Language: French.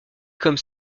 comme